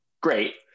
great